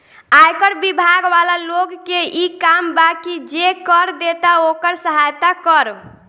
आयकर बिभाग वाला लोग के इ काम बा की जे कर देता ओकर सहायता करऽ